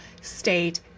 state